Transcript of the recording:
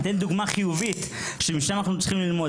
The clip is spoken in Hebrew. אני אתן דוגמה חיובית שמשם אנחנו צריכים ללמוד,